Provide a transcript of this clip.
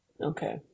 Okay